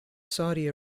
saudi